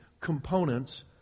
components